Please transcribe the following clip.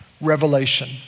revelation